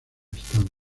estado